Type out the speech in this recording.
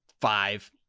five